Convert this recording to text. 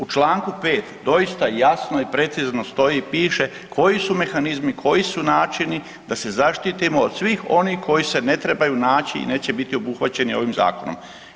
U čl. 5., doista jasno i precizno stoji i piše koji su mehanizmi, koji su načini da se zaštitimo od svih onih koji se ne trebaju naći i neće biti obuhvaćeni ovim zakonom.